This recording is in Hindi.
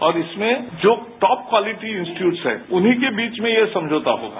और इसमें जो टॉप क्वालिटी इंस्टीच्यूट हैं उन्हीं के बीच में यह समझौता होगा